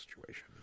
situation